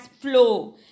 flow